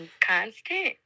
constant